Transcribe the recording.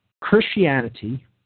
Christianity